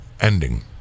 ending